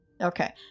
Okay